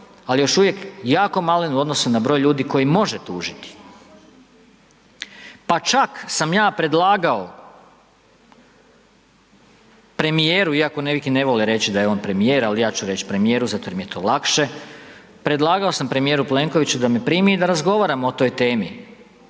al' još uvijek jako malen u odnosu na broj ljudi koji može tužiti. Pa čak sam ja predlagao premijeru, iako neki ne vole reći da je on premijer, ali ja ću reći premijeru zato jer mi je to lakše, predlagao sam premijeru Plenkoviću da me primi i da razgovaramo o toj temi,